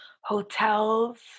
hotels